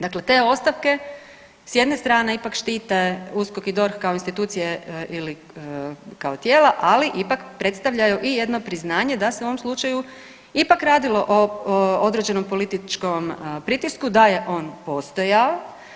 Dakle, te ostavke s jedne strane ipak štite USKOK i DORH kao institucije ili kao tijela, ali ipak predstavljaju i jedno priznanje da se u ovom slučaju ipak radilo o određenom političkom pritisku, da je on postojao.